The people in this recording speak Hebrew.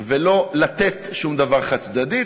ולא לתת שום דבר חד-צדדית,